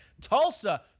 Tulsa